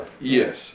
Yes